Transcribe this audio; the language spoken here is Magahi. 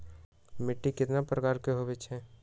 मिट्टी कतना प्रकार के होवैछे?